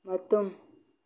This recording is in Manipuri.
ꯃꯇꯨꯝ